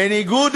בניגוד